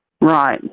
Right